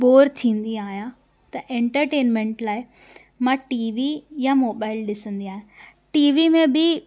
bore थींदी आहियां त एंटरटेनमेंट लाइ मां टीवी या मोबाइल ॾिसंदी आहियां टीवी में बि